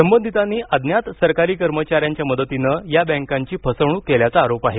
संबंधितांनी अज्ञात सरकारी कर्मचाऱ्यांच्या मदतीनं या बँकांची फसवणूक केल्याचा आरोप आहे